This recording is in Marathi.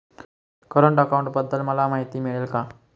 करंट अकाउंटबद्दल मला माहिती मिळेल का?